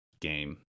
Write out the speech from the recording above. game